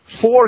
four